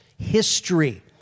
history